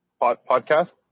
podcast